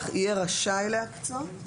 יהיה רשאי להקצות,